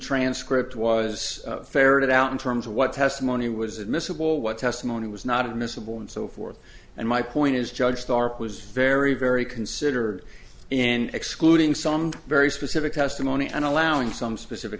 transcript was ferreted out in terms of what testimony was admissible what testimony was not admissible and so forth and my point is judge starr was very very considered and excluding some very specific testimony and allowing some specific